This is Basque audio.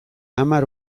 hamar